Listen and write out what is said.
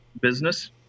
business